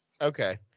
Okay